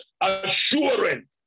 assurance